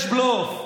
יש בלוף.